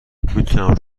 میتونم